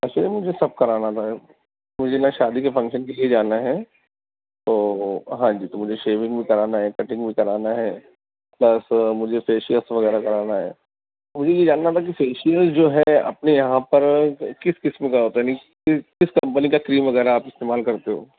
actually مجھے سب کرانا تھا مجھے نا شادی کے فنکشن کے لیے جانا ہے تو ہاں جی تو مجھے شیونگ بھی کرانا ہے کٹنگ بھی کرانا ہے بس مجھے فیشیس وغیرہ کرانا ہے مجھے یہ جاننا تھا کہ فیشیل جو ہے اپنے یہاں پر کس قسم کا ہوتا ہے کس کمپنی کا کریم وغیرہ آپ استعمال کرتے ہو